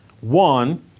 one